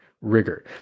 rigor